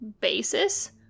basis